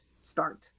start